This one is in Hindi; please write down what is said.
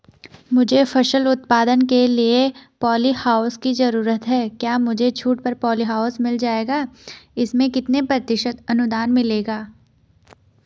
मुझे फसल उत्पादन के लिए प ॉलीहाउस की जरूरत है क्या मुझे छूट पर पॉलीहाउस मिल जाएगा इसमें कितने प्रतिशत अनुदान मिलेगा?